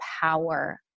power